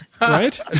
right